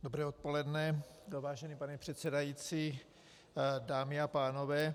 Dobré odpoledne, vážený pane předsedající, dámy a pánové.